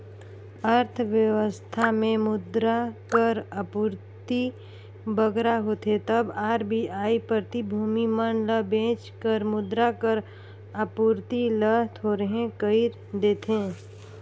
अर्थबेवस्था में मुद्रा कर आपूरति बगरा होथे तब आर.बी.आई प्रतिभूति मन ल बेंच कर मुद्रा कर आपूरति ल थोरहें कइर देथे